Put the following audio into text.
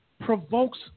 provokes